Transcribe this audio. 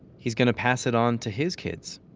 he's going to pass it on to his kids.